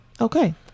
okay